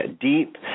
deep